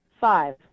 Five